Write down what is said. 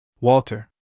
Walter